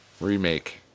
Remake